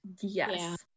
Yes